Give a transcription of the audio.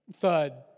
thud